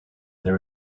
there